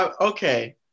Okay